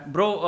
Bro